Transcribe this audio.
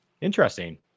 Interesting